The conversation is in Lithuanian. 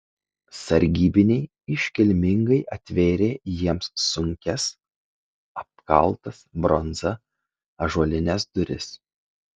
sargybiniai iškilmingai atvėrė jiems sunkias apkaltas bronza ąžuolines duris